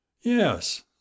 Yes